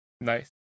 Nice